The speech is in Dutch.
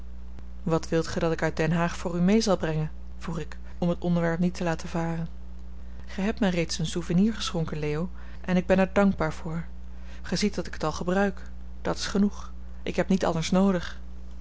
wat wilt gij dat ik uit den haag voor u mee zal brengen vroeg ik om het onderwerp niet te laten varen gij hebt mij reeds een souvenir geschonken leo en ik ben er dankbaar voor gij ziet dat ik het al gebruik dat is genoeg ik heb niet anders noodig